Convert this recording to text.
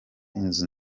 inzu